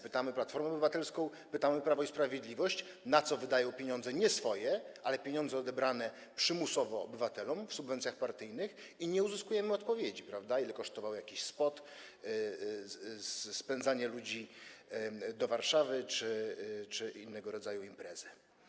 Pytamy Platformę Obywatelską, pytamy Prawo i Sprawiedliwość, na co wydają pieniądze - nie swoje, ale pieniądze odebrane przymusowo obywatelom w ramach subwencji partyjnych - i nie uzyskujemy odpowiedzi, ile kosztował jakiś spot, spędzanie ludzi do Warszawy czy innego rodzaju imprezy.